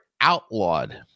outlawed